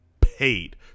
paid